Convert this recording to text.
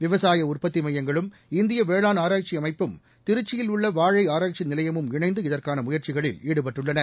விவசாய உற்பத்தி மையங்களும் இந்திய வேளாண் ஆராய்ச்சி அமைப்பும் திருச்சியில் உள்ள வாழை ஆராய்ச்சி நிலையமும் இணைந்து இதற்கான முயற்சிகளில் ஈடுபட்டுள்ளன